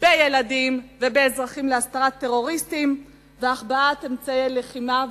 בילדים ובאזרחים להסתרת טרוריסטים ולהחבאת אמצעי לחימה.